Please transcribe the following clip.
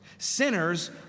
Sinners